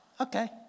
Okay